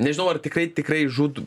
nežinau ar tikrai tikrai žūt